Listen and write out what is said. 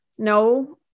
no